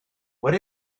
what